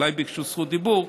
אולי ביקשו זכות דיבור,